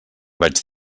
vaig